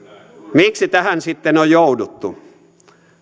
miksi tähän sitten on jouduttu